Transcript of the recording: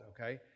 okay